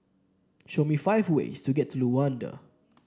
show me five way to get to Luanda